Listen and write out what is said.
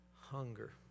hunger